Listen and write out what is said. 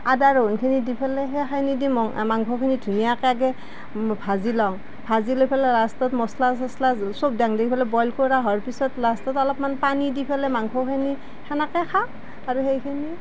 আদা ৰহুনখিনি দি পেলাইহে সানি দি পেলাই সেই মাংসখিনি ধুনীয়াকৈ ভাজি লওঁ ভাজি লৈ পেলাই লাষ্টত মছলা চছলা চব দেওঁ দি পেলায় বইল কৰা হোৱাৰ পিছত লাষ্টত অলপমান পানী দি পেলাই মাংসখিনি সেনেকে খাওঁ আৰু সেইখিনি